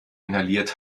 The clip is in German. inhaliert